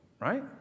right